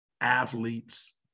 athletes